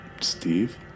Steve